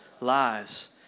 lives